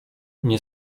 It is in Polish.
nie